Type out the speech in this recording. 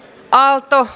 aalto